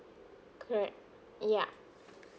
correct yup